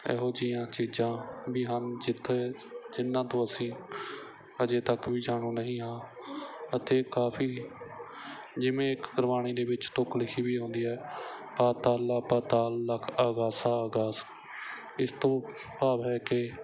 ਇਹੋ ਜਿਹੀਆਂ ਚੀਜ਼ਾਂ ਵੀ ਹਨ ਜਿੱਥੇ ਜਿਨ੍ਹਾਂ ਤੋਂ ਅਸੀਂ ਅਜੇ ਤੱਕ ਵੀ ਜਾਣੂ ਨਹੀਂ ਹਾਂ ਅਤੇ ਕਾਫ਼ੀ ਜਿਵੇਂ ਇੱਕ ਗੁਰਬਾਣੀ ਦੇ ਵਿੱਚ ਤੁਕ ਲਿਖੀ ਵੀ ਆਉਂਦੀ ਹੈ ਪਾਤਾਲਾ ਪਾਤਾਲ ਲਖ ਆਗਾਸਾ ਆਗਾਸ ਇਸ ਤੋਂ ਭਾਵ ਹੈ ਕਿ